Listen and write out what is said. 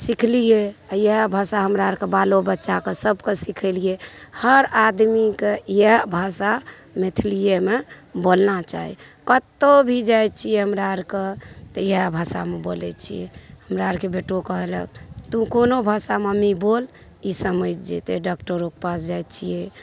सीखलिऐ आ इएह भाषा हमरा आरके बालो बच्चा सबके सीखेलिऐ हर आदमीके इएह भाषा मैथलिएमे बोलना चाही कतहुँ भी जाइ छियै हमरा आरके इएह भाषामे बोलैत छियै हमरा आरके बेटो कहलक तू कोनो भाषा मम्मी बोल ई समझि जेतै डॉक्टरोके पास जाइत छियै